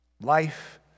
life